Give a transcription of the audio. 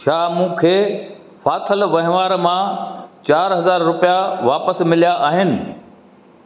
छा मूंखे फाथल वहिंवार मां चारि हज़ार रुपिया वापिसि मिलिया आहिनि